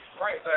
right